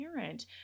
parent